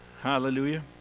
Hallelujah